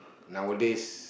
nowadays